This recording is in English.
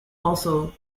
also